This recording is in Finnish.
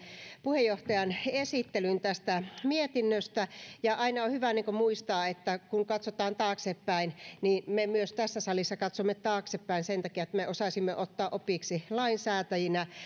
puheenjohtajan esittelyn tästä mietinnöstä aina on hyvä muistaa että kun katsotaan taaksepäin niin myös me tässä salissa katsomme taaksepäin sen takia että me osaisimme ottaa opiksi lainsäätäjinä